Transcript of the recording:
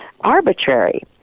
arbitrary